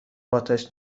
آتش